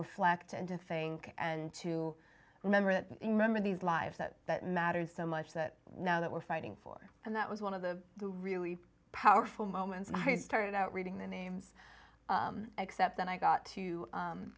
reflect and to think and to remember that remember these lives that that mattered so much that now that we're fighting for and that was one of the really powerful moments when i started out reading the names except that i got to